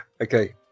Okay